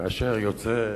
כאשר יוצא אדם,